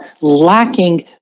lacking